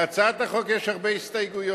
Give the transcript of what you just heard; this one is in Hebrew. להצעת החוק יש הרבה הסתייגויות.